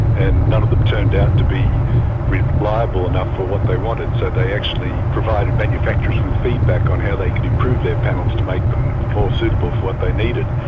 and none of them turned out to be reliable enough for what they wanted. so they actually provided manufacturers with feedback on how they could improve their panels to make them more suitable for what they needed,